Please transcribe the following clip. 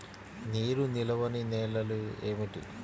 నీరు నిలువని నేలలు ఏమిటి?